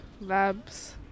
labs